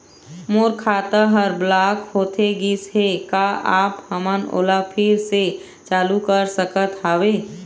मोर खाता हर ब्लॉक होथे गिस हे, का आप हमन ओला फिर से चालू कर सकत हावे?